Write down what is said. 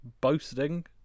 boasting